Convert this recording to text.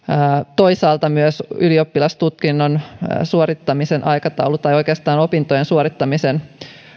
toisaalta myös ylioppilastutkinnon suorittamisen aikataulu tai oikeastaan opintojen suorittamisen